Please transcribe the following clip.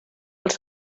els